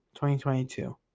2022